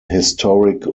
historic